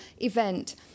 event